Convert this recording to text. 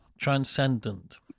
transcendent